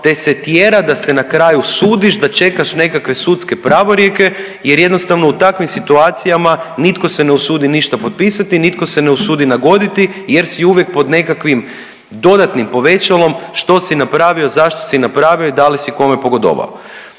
te se tjera da se na kraju sudiš, da čekaš nekakve sudske pravorijeke jer jednostavno u takvim situacijama nitko se ne usudi ništa potpisati, nitko se ne usudi nagoditi jer si uvijek pod nekakvim dodatnim povećalom što si napravio, zašto si napravio i da li si kome pogodovao.